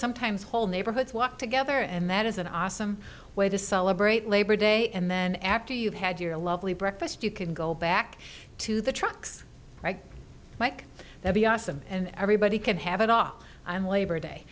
sometimes whole neighborhoods walk together and that is an awesome way to celebrate labor day and then after you've had your lovely breakfast you can go back to the trucks mike they'll be awesome and everybody can have it off on labor day